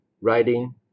writing